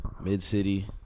Mid-city